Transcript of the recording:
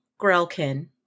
Grelkin